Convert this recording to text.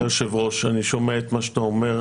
אדוני היושב, ראש, אני שומע את מה שאתה אומר.